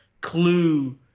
clue